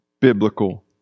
biblical